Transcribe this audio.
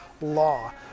law